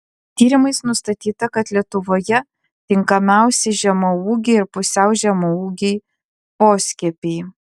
tyrimais nustatyta kad lietuvoje tinkamiausi žemaūgiai ir pusiau žemaūgiai poskiepiai